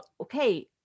okay